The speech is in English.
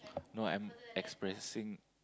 no I'm expressing